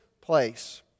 place